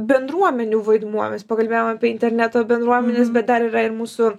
bendruomenių vaidmuo mes pakalbėjom apie interneto bendruomenes bet dar yra ir mūsų